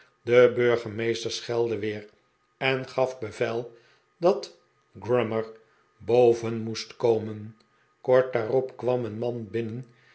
de burgemeester schelde weer en gaf bevel dat grummer boven moest komen kort daarop kwam een man binnen